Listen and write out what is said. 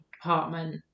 apartment